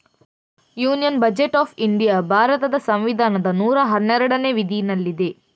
union budget of India ಭಾರತದ ಸಂವಿಧಾನದ ನೂರಾ ಹನ್ನೆರಡನೇ ವಿಧಿನಲ್ಲಿದೆ